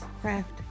craft